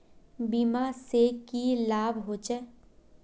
बीमा से की लाभ होचे?